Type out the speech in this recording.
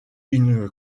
une